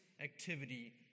activity